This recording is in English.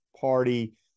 party